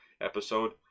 episode